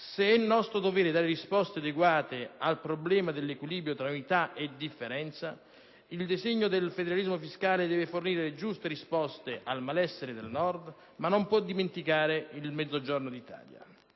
se è nostro dovere dare risposte adeguate al problema dell'equilibrio tra unità e differenza, il disegno del federalismo fiscale deve fornire giuste risposte al malessere del Nord, ma non può dimenticare il Mezzogiorno d'Italia.